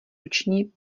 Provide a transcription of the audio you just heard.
ruční